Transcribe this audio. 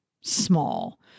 small